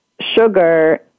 sugar